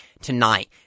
tonight